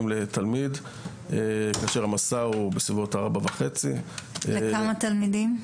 לתלמיד כאשר המסע הוא בסביבות 4,500. וכמה תלמידים?